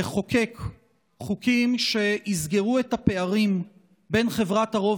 לחוקק חוקים שיסגרו את הפערים בין חברת הרוב